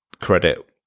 credit